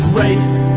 race